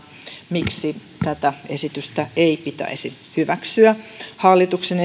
miksi tätä esitystä ei pitäisi hyväksyä hallituksen